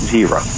Zero